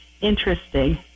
interesting